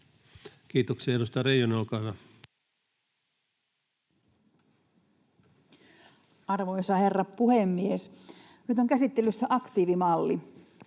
Kiitoksia. — Edustaja Reijonen, olkaa hyvä. Arvoisa herra puhemies! Nyt on käsittelyssä aktiivimalli